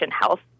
health